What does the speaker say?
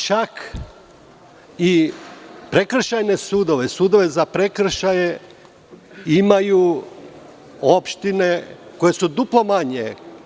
Čak i prekršajne sudove, sudove za prekršaje imaju opštine koje su duplo manje.